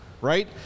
Right